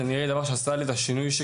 זה הדבר שעשה לי את השינוי.